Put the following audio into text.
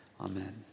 amen